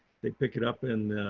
they pick it up in